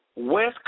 west